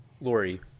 Lori